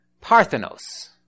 Parthenos